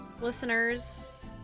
listeners